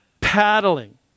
paddling